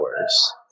hours